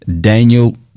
Daniel